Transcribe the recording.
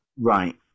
Right